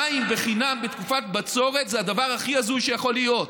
מים בחינם בתקופת בצורת זה הדבר הכי הזוי שיכול להיות.